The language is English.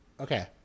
Okay